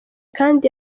kandi